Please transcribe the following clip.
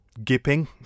gipping